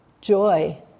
joy